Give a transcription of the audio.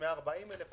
140,000 שקל.